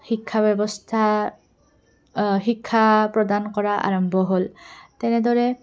শিক্ষা ব্যৱস্থা শিক্ষা প্ৰদান কৰা আৰম্ভ হ'ল তেনেদৰে